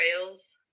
trails